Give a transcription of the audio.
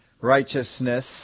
righteousness